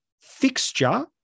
fixture